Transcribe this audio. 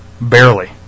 Barely